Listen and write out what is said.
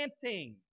planting